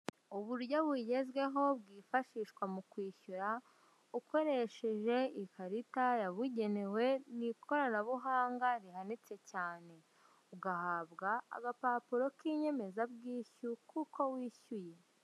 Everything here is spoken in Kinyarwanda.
Uburyo bugezweho bwifashishwa mu kwishyura, ukoresheje ikarita yabugenewe mu ikoranabuhanga, rihanitse cyane. Ugahabwa agapapuro k'inyemezabwishyu kuko wishyuye.